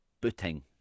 booting